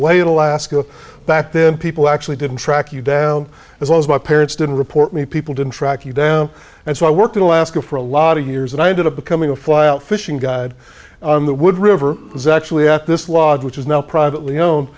in alaska back then people actually didn't track you down as well as my parents didn't report me people didn't track you down and so i worked in alaska for a lot of years and i ended up becoming a fly out fishing guide on the wood river is actually at this log which is now privately own